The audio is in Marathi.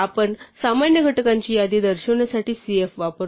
आपण सामान्य घटकांची यादी दर्शविण्यासाठी cf वापरतो